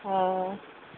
ହଁ